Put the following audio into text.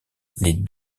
les